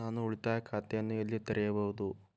ನಾನು ಉಳಿತಾಯ ಖಾತೆಯನ್ನು ಎಲ್ಲಿ ತೆರೆಯಬಹುದು?